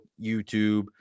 YouTube